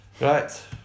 Right